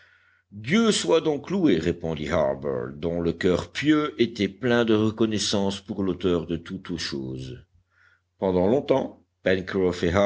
dieu soit donc loué répondit harbert dont le coeur pieux était plein de reconnaissance pour l'auteur de toutes choses pendant longtemps